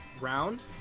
round